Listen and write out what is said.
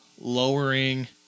lowering